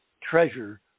treasure